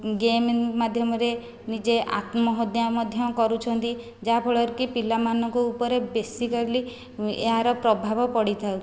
game ମାଧ୍ୟମରେ ନିଜେ ଆତ୍ମହତ୍ୟା ମଧ୍ୟ କରୁଛନ୍ତି ଯାହା ଫଳରେକି ପିଲାମାନଙ୍କ ଉପରେ ବେସିକାଲି ଏହାର ପ୍ରଭାବ ପଡ଼ିଥାଏ